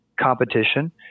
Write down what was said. competition